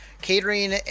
catering